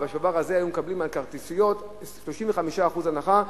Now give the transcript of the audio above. ובשובר הזה היו מקבלים על כרטיסיות 35% הנחה.